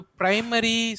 primary